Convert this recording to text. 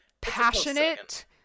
passionate